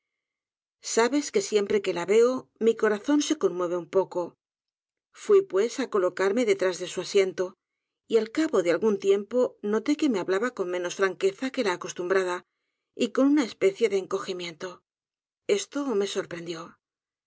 sabes que siempre que la veo mi corazón se conmueve un poco fui pues á colocarme detras de su asiento y al cabo de algún tiempo noté que me hablaba con menos franqueza que la acostumbrada y con una especie de encogimiento esto me sorprendió